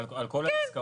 כן.